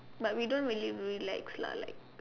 but we don't really relax lah like